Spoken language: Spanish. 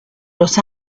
los